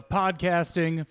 podcasting